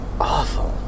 awful